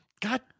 God